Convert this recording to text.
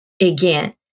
Again